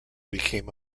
became